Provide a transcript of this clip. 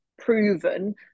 proven